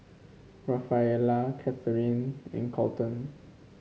Rafaela Cathrine and Kolton